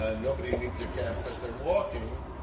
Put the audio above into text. ah nobody needs a cab because they're walking,